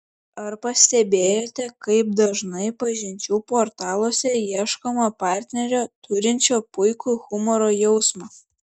ar pastebėjote kaip dažnai pažinčių portaluose ieškoma partnerio turinčio puikų humoro jausmą